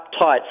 uptight